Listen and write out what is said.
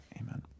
Amen